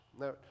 Now